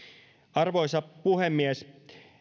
arvoisa puhemies